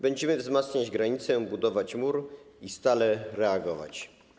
Będziemy wzmacniać granicę, budować mur i stale reagować.